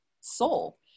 soul